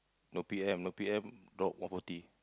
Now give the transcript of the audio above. no P_M no P_M drop one forty